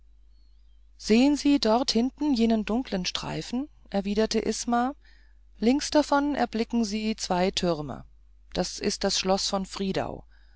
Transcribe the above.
sehen sie dort hinten jenen dunklen streifen erwiderte isma links davon erblicken sie zwei türme das ist das schloß von friedau